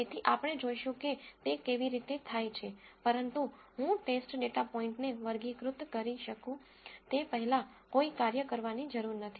તેથી આપણે જોઈશું કે તે કેવી રીતે થાય છે પરંતુ હું ટેસ્ટ ડેટા પોઇન્ટને વર્ગીકૃત કરી શકું તે પહેલાં કોઈ કાર્ય કરવાની જરૂર નથી